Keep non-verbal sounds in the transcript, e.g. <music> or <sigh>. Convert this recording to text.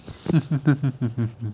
<laughs>